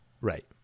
Right